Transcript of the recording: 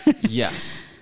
Yes